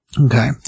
Okay